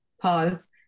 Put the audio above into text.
pause